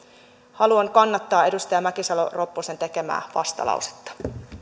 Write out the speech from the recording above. haluan kannattaa edustaja mäkisalo ropposen tekemää vastalausetta